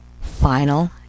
Final